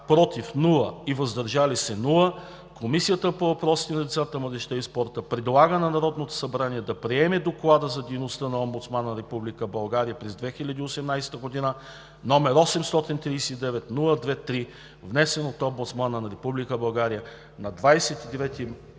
против и въздържали се – няма, Комисията по въпросите на децата, младежта и спорта предлага на Народното събрание да приеме Доклад за дейността на Омбудсмана на Република България през 2018 г., № 839-02-3, внесен от Омбудсмана на Република България на 29 март